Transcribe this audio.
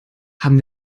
haben